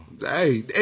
Hey